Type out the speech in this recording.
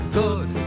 good